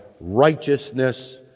righteousness